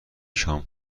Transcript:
شام